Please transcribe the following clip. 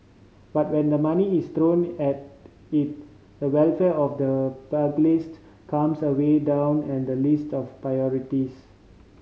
but when the money is thrown at it the welfare of the pugilist comes a way down and the list of priorities